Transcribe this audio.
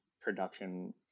production